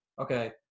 okay